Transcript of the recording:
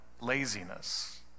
laziness